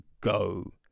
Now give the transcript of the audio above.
go